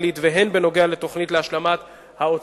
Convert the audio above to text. הן בנוגע לתוכנית להשלמת המחויבויות בתחום הסוגה